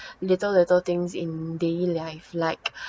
little little things in daily life like